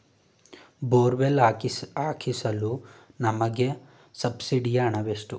Borewell ಹಾಕಿಸಲು ನಮಗೆ ಸಬ್ಸಿಡಿಯ ಹಣವೆಷ್ಟು?